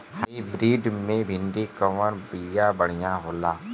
Hybrid मे भिंडी क कवन बिया बढ़ियां होला?